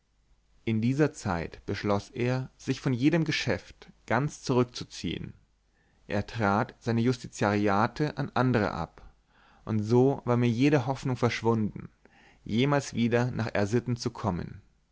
in dieser zeit beschloß er sich von jedem geschäft ganz zurückzuziehen er trat seine justitiariate an andere ab und so war mir jede hoffnung verschwunden jemals wieder nach r sitten zu kommen